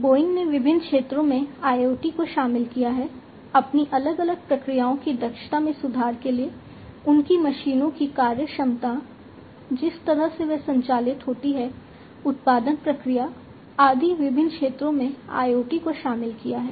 Boeing ने विभिन्न क्षेत्रों में IoT को शामिल किया है अपनी अलग अलग प्रक्रियाओं की दक्षता में सुधार के लिए उनकी मशीनों की कार्यक्षमता जिस तरह से वे संचालित होती हैं उत्पादन प्रक्रिया आदि विभिन्न क्षेत्रों में IoT को शामिल किया है